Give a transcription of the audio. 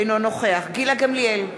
אינו נוכח גילה גמליאל,